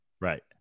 Right